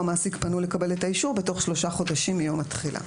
המעסיק פנו לקבל את האישור בתוך שלושה חודשים מיום התחילה".